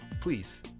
Please